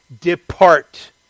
Depart